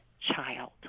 child